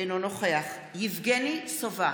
אינו נוכח יבגני סובה,